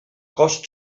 cost